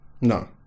No